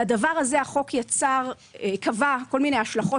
לדבר הזה החוק קבע כל מיני השלכות